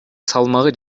салмагы